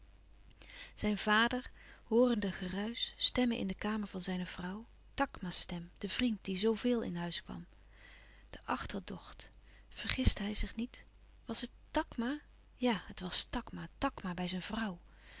zijn vader hoorende geruisch stemmen in de kamer van zijne vrouw takma's stem de vriend die zoo veel in huis kwam de achterdocht vergiste hij zich niet was het takma ja het was takma takma bij zijn vrouw